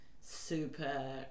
super